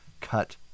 Cut